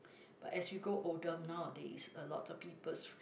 but as you grow older nowadays a lot of peoples